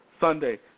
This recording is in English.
Sunday